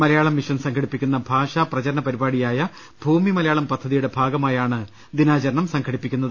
Malayalam mission സംഘടിപ്പി ക്കുന്ന ഭാഷാപ്രചരണ പരിപാടിയായ ഭൂമി മലയാളം പദ്ധതിയുടെ ഭാഗമായാണ് ദിനാചരണം സംഘടിപ്പിക്കുന്നത്